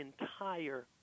entire